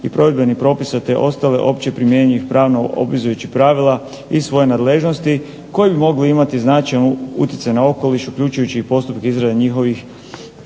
i provedbenih propisa te ostalih opće primjenjivih i pravno obvezujućih pravila iz svoje nadležnosti koji bi mogli imati značajan utjecaj na okoliš, uključujući i postupke izrade njihovih